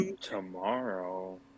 Tomorrow